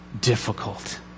difficult